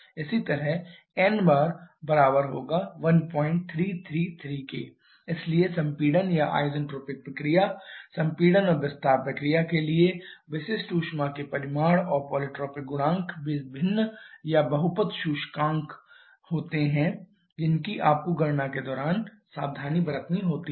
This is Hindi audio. इसी तरह n bar 1333 इसलिए संपीडन या आइसेंट्रोपिक प्रक्रिया संपीडन और विस्तार प्रक्रिया के लिए विशिष्ट ऊष्मा के परिमाण और पॉलीट्रॉपिक गुणांक वे भिन्न या बहुपद सूचकांक होते हैं जिनकी आपको गणना के दौरान सावधानी बरतनी होती है